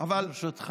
ברשותך,